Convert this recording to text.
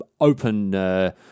open